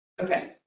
Okay